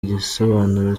igisobanuro